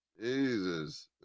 Jesus